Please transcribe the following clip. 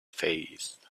faith